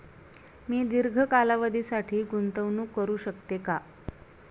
मी दीर्घ कालावधीसाठी गुंतवणूक करू शकते का?